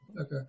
Okay